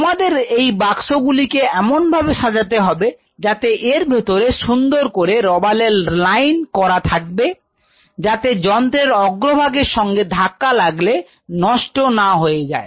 তোমাদের এই বাক্স গুলিকে এমনভাবে সাজাতে হবে যাতে এর ভেতরে সুন্দর করে রবারের লাইন করা থাকবে যাতে যন্ত্রের অগ্রভাগ এর সঙ্গে ধাক্কা লাগলে নষ্ট না হয়ে যায়